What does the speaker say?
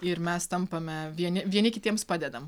ir mes tampame vieni vieni kitiems padedam